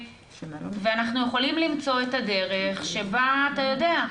ואנחנו יכולים למצוא את הדרך שבה, אתה יודע,